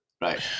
right